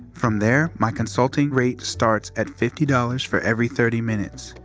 from there, my consulting rate starts at fifty dollars for every thirty minutes.